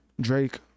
drake